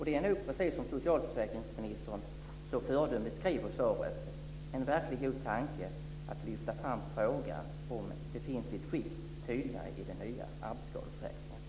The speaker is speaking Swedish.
Det är nog, precis som socialförsäkringsministern så föredömligt skriver i svaret, en verkligt god tanke att lyfta fram frågan om befintligt skick tydligare i den nya arbetsskadeförsäkringen.